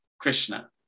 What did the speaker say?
Krishna